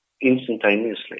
instantaneously